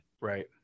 Right